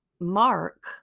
Mark